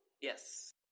Yes